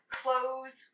clothes